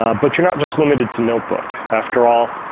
ah but you're not just limited to notebook. after all,